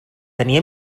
tenia